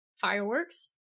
fireworks